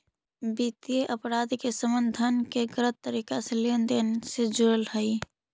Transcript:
वित्तीय अपराध के संबंध धन के गलत तरीका से लेन देन से जुड़ल हइ